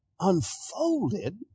unfolded